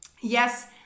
yes